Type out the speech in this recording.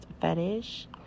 fetish